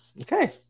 okay